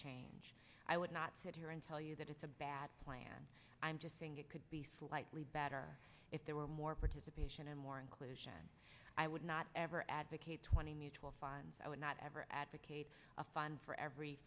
change i would not sit here and tell you that it's a bad plan i'm just saying it could be slightly better if there were more participation and more inclusion i would not ever advocate twenty mutual funds i would not ever advocate a fine for every